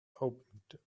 opened